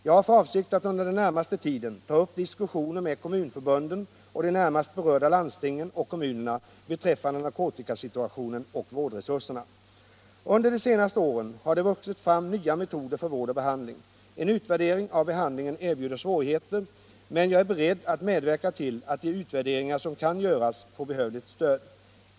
Jag har för avsikt att under den närmaste tiden ta upp diskussioner med kommunförbunden och de närmast berörda landstingen och kommunerna beträffande narkotikasituationen och vårdresurserna. Under de senaste åren har det vuxit fram nya metoder för vård och behandling. En utvärdering av behandlingen erbjuder svårigheter, men jag är beredd att medverka till att de utvärderingar som kan göras får behövligt stöd.